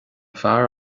fear